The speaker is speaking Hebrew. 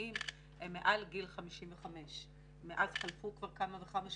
הממשלתיים הם מעל גיל 55. מאז חלפו כבר כמה וכמה שנים.